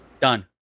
done